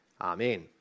Amen